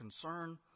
concern